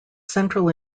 central